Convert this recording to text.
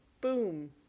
boom